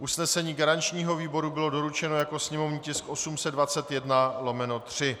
Usnesení garančního výboru bylo doručeno jako sněmovní tisk 821/3.